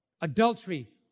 Adultery